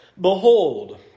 Behold